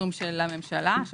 רבה את